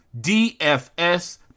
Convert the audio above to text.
DFS